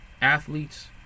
athletes